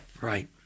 right